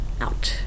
out